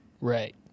Right